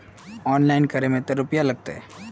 Online करे में ते रुपया लगते?